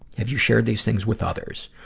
have you shared these things with others?